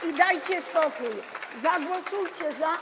I dajcie spokój, zagłosujcie za.